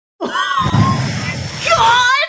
God